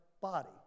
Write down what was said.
body